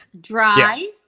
Dry